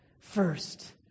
First